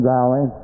Valley